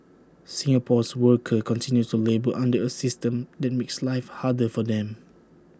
Singapore's workers continue to labour under A system that makes life harder for them